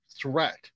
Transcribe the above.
threat